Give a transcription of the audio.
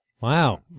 Wow